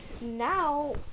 now